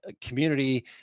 community